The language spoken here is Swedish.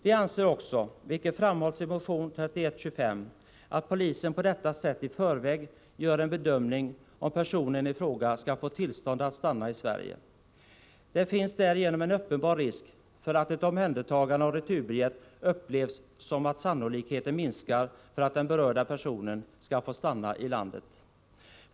Vi anser också — vilket framhållits i motion 3125 — att polisen på detta sätt i förväg gör en bedömning av om personen i fråga skall få tillstånd att stanna i Sverige. Det finns därigenom en uppenbar risk för att ett omhändertagande av returbiljett upplevs som att sannolikheten minskar för att den berörda personen skall få stanna i landet.